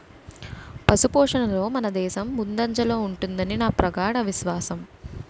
పశుపోషణలో మనదేశం ముందంజలో ఉంటుదని నా ప్రగాఢ విశ్వాసం